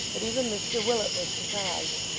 that even mr willet was surprised.